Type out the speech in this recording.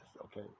okay